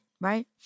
right